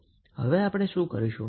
હવે આપણે શું કરીશું